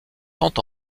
tant